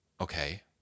okay